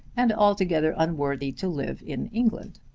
and altogether unworthy to live in england.